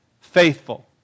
faithful